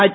H